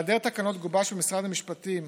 בהיעדר תקנות גובש במשרד המשפטים,